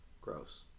Gross